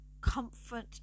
comfort